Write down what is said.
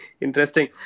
interesting